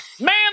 Man